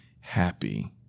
happy